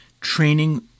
training